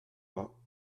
pas